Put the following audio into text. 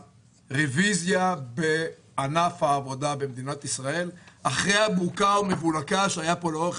הרביזיה בענף העבודה במדינת ישראל אחרי הבוקה ומבולקה שהיה פה לאורך